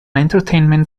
entertainment